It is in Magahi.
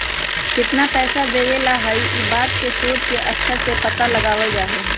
कितना पैसा देवे ला हई ई बात के शोद के स्तर से पता लगावल जा हई